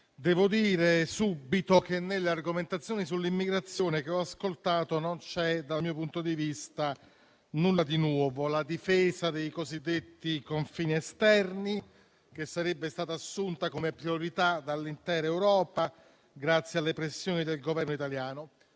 Devo dire subito che nelle argomentazioni sull'immigrazione che ho ascoltato non c'è, dal mio punto di vista, nulla di nuovo. La difesa dei cosiddetti confini esterni sarebbe stata assunta come priorità dall'intera Europa, grazie alle pressioni del Governo italiano.